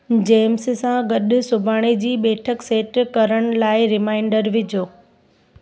James सां गॾु सुभाणे जी बैठक सेट करण लाइ रिमाइंडर विझो